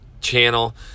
channel